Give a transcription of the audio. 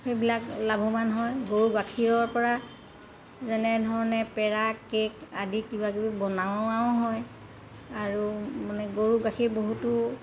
সেইবিলাক লাভৱান হয় গৰু গাখীৰৰপৰা যেনেধৰণে পেৰা কেক আদি কিবাকিবি বনোৱাও হয় আৰু মানে গৰু গাখীৰ বহুতো